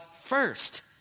first